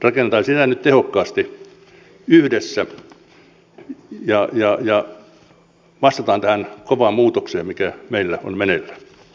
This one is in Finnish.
rakennetaan sitä nyt tehokkaasti yhdessä ja vastataan tähän kovaan muutokseen mikä meillä on me ne